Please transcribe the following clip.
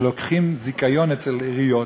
שלוקחים זיכיון אצל עיריות,